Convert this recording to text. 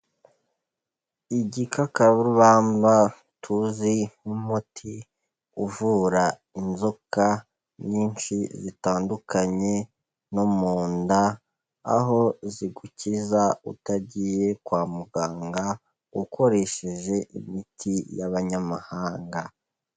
igikakarubamba tuzi nk'umuti uvura inzoka nyinshi zitandukanye no mu nda, aho zigukiza utagiye kwa muganga ukoresheje imiti y'abanyamahanga.